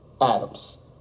Adams